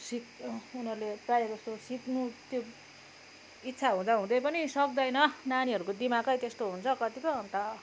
सिक् उनीहरूले प्राय जस्तो सिक्नु त्यो इच्छा हुँदा हुँदै पनि सक्दैन नानीहरूको दिमागै त्यस्तो हुन्छ कतिको अन्त